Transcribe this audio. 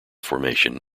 formation